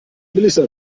melissa